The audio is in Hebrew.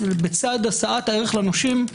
בצד הצעת תהליך לנושים,